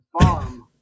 farm